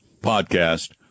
podcast